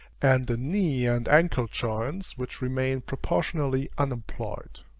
and the knee and ancle-joints which remain proportionally unemployed.